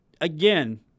again